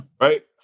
Right